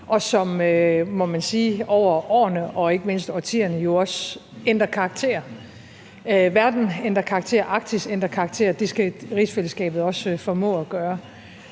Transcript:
og som, må man sige, over årene og ikke mindst årtierne jo også ændrer karakter – verden ændrer karakter, Arktis ændrer karakter, og det skal rigsfællesskabet også formå at gøre.